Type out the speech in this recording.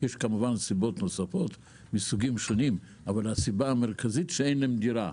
יש כמובן עוד סיבות נוספות אבל הסיבה המרכזית היא שאין להם דירה.